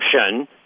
option